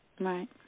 Right